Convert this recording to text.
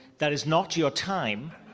that is not your time.